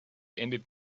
endet